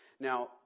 Now